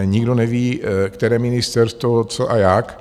Nikdo neví, které ministerstvo co a jak.